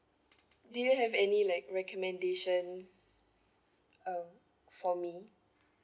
do you have any like recommendation uh for me